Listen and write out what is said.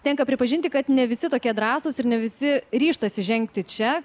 tenka pripažinti kad ne visi tokie drąsūs ir ne visi ryžtasi žengti čia